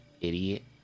idiot